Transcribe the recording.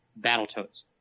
Battletoads